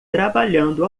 trabalhando